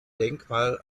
denkmal